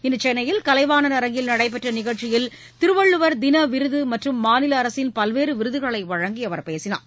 இன்று சென்னையில் கலைவாணர் அரங்கில் நடைபெற்ற நிகழ்ச்சியில் திருவள்ளுவர் தின விருது மற்றும் மாநில அரசின் பல்வேறு விருதுகள் வழங்கி அவர் பேசினார்